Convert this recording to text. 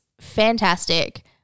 fantastic